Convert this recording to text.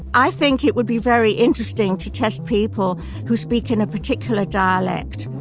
i think it would be very interesting to test people who speak in a particular dialect,